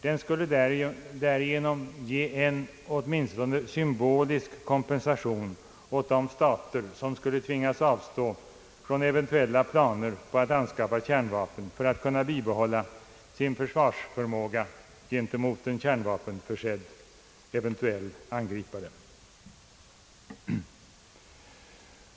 Den skulle därigenom ge en, åtminstone symbolisk, kompensation åt de stater som skulle tvingas avstå från eventuella planer på att anskaffa kärnvapen för att kunna bibehålla sin försvarsförmåga mot en kärnvapenförsedd eventuell angripare.